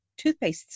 toothpastes